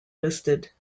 listed